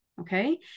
okay